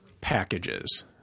packages